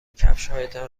کفشهایتان